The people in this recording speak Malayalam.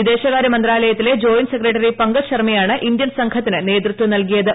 വിദേശകാരൃ മന്ത്രാലയത്തിലെ ജോയിന്റ് സെക്രട്ടറി പങ്കജ്ശർമ്മയാണ് ഇന്ത്യൻ സംഘത്തിന് നേതൃത്വം നല്കിയത്